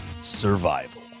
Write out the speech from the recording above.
survival